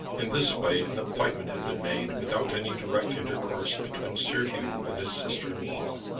in this way an appointment had been made without any direct intercourse between sir hugh and his sister-in-law.